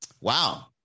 Wow